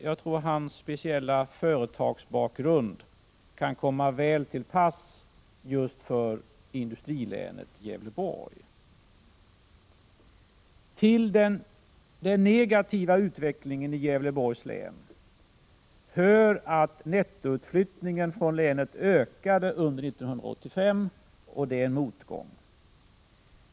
Jag tror att hans speciella företagsbakgrund kan komma väl till pass just för industrilänet Gävleborg. Till den negativa utvecklingen i Gävleborgs län hör att nettoutflyttningen från länet ökade under 1985, och det är en motgång.